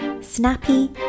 snappy